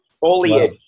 Foliage